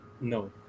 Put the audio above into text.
No